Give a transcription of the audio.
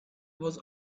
was